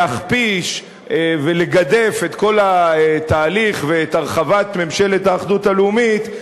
להכפיש ולגדף את כל התהליך ואת הרחבת ממשלת האחדות הלאומית,